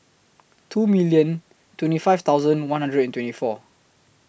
two million twenty five thousand one hundred and twenty four